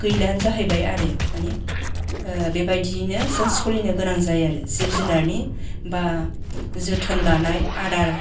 गैलायानो जाहैबाय आरो मानि बेबादियैनो जों सलिनो गोनां जायो आरो जिब जुनारनि बा जोथोन लानाय आदार